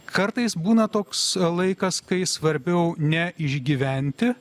kartais būna toks laikas kai svarbiau ne išgyventi